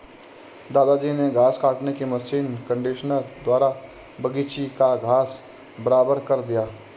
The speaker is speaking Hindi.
दादाजी ने घास काटने की मशीन कंडीशनर द्वारा बगीची का घास बराबर कर दिया